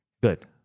Good